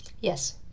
Yes